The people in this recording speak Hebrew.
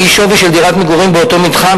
והיא: שווי של דירת מגורים באותו מתחם,